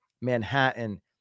Manhattan